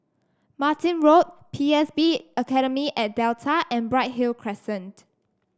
Martin Road P S B Academy at Delta and Bright Hill Crescent